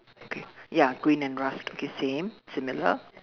okay ya green and rust okay same similar